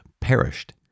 perished